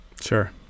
Sure